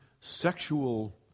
sexual